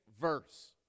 verse